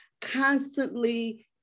constantly